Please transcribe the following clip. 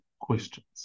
questions